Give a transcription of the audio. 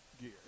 gear